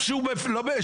ולא האריכו.